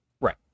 Right